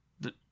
The